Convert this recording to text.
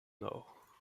nord